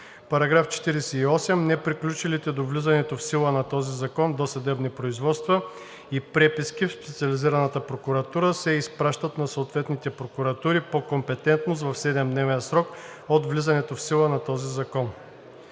§ 48: „§ 48. Неприключилите до влизането в сила на този закон досъдебни производства и преписки в Специализираната прокуратура се изпращат на съответните прокуратури по компетентност в 7-дневен срок от влизането в сила на този закон.“